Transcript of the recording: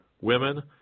women